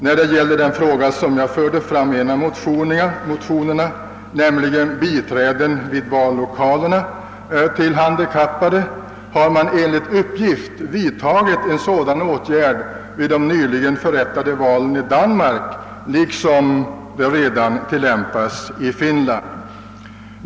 När det gäller den sak som jag förde fram i en av motionerna, nämligen biträden vid vallokalerna till handikappade, har enligt uppgift en sådan åtgärd vidtagits vid de nyligen förrättade valen i Danmark. Den har också tillämpats i Finland.